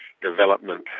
development